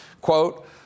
Quote